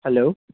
hello